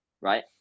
right